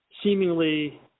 seemingly